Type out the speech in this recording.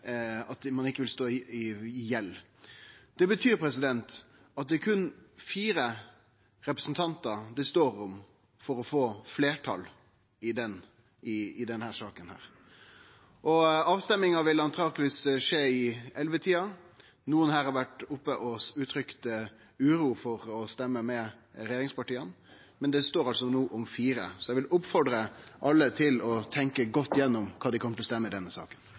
at ein ikkje vil stå i gjeld. Det betyr at det er berre fire representantar det står om for å få fleirtal i denne saka. Avstemminga vil antakeleg skje omkring kl. 23. Nokre har vore på talarstolen og uttrykt uro over å stemme med regjeringspartia, men no står det altså om fire, så eg vil oppfordre alle til å tenkje godt gjennom kva dei kjem til å stemme i denne saka.